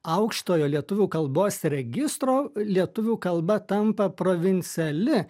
aukštojo lietuvių kalbos registro lietuvių kalba tampa provinciali